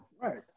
Right